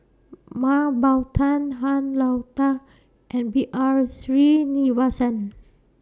Mah Bow Tan Han Lao DA and B R Sreenivasan